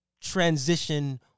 transition